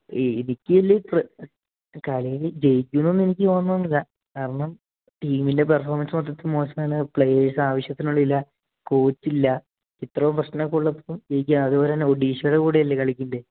ഈ ഇടുക്കിയിൽ കളിയിൽ ജയിക്കും എന്നൊന്നും എനിക്ക് തോന്നുന്നൊന്നും ഇല്ല കാരണം ടീമിൻ്റെ പെർഫോമൻസ്സ് മൊത്തത്തിൽ മോശമാണ് പ്ലേയേഴ്സ്സ് ആവശ്യത്തിനുള്ളത് ഇല്ല കോച്ചില്ല ഇത്രയും പ്രശ്നം ഒക്കെ ഉള്ളപ്പോൾ ജയിക്കുക അതുപോലെത്തന്നെ ഒഡീഷയുടെ കൂടെയല്ലേ കളിക്കേണ്ടത്